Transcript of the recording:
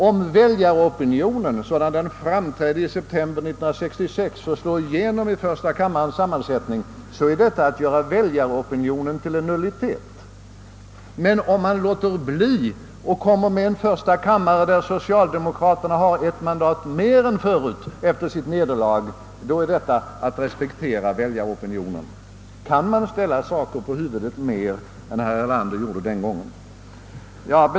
Om väljaropinionen, sådan den framträdde i september 1966, får slå igenom i första kammarens sammansättning, är detta att göra väljaropinionen till en nullitet. Men om man behåller en första kammare där socialdemokraterna har ett mandat mer än före sitt nederlag, då är detta att respektera väljaropinionen. Kan man ställa saker mer på huvudet än herr Erlander gjorde den här gången?